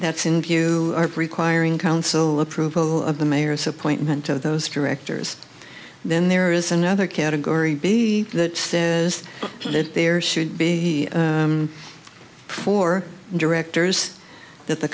that's in view of requiring council approval of the mayor's appointment of those directors then there is another category b that says that there should be four directors that the